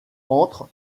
entre